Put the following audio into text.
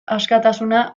askatasuna